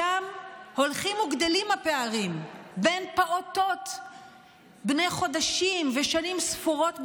שם הולכים וגדלים הפערים בין פעוטות בני חודשים ושנים ספורות ביותר,